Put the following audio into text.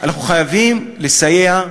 אנחנו חייבים לסייע.